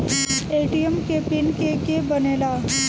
ATM के pin के के बनेला?